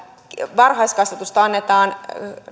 varhaiskasvatusta annetaan